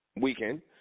weekend